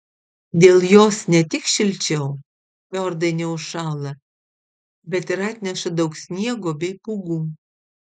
dėl jos ne tik šilčiau fjordai neužšąla bet ir atneša daug sniego bei pūgų